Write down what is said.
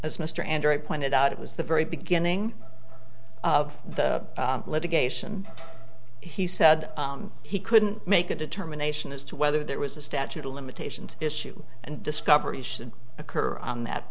as mr android pointed out it was the very beginning of the litigation he said he couldn't make a determination as to whether there was a statute of limitations issue and discovery should occur on that